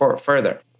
further